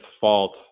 fault